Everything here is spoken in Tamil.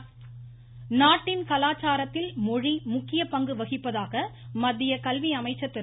ரமேஷ் பொக்கிரியால் நாட்டின் கலாச்சாரத்தில் மொழி முக்கிய பங்கு வகிப்பதாக மத்திய கல்வி அமைச்சர் திரு